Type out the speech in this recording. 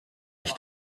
ich